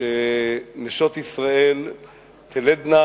שנשות ישראל תלדנה,